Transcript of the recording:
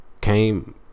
came